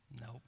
Nope